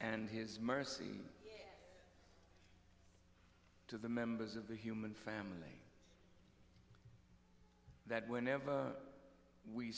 and his mercy to the members of the human family that whenever we